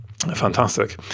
Fantastic